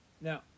Now